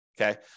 okay